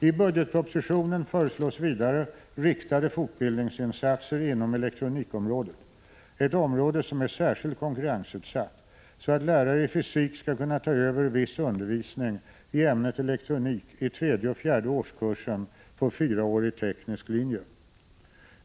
I budgetpropositionen föreslås vidare riktade fortbildningsinsatser inom elektronikområdet, ett område som är särskilt konkurrensutsatt, så att lärare i fysik skall kunna ta över viss undervisning i ämnet elektronik i tredje och fjärde årskursen på fyraårig teknisk linje.